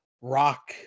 Rock